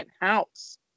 house